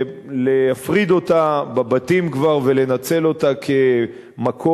להפריד אותה כבר בבתים ולנצל אותה כמקור